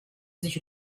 sich